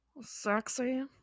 sexy